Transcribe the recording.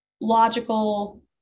logical